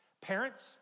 Parents